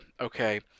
okay